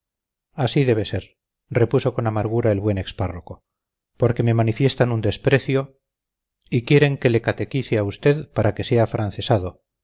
así debe ser repuso con amargura el buen ex párroco porque me manifiestan un desprecio y quieren que le cateciquea usted para que sea afrancesado